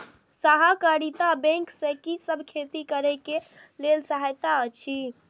सहकारिता बैंक से कि सब खेती करे के लेल सहायता अछि?